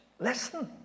listen